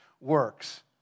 works